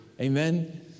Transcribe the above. Amen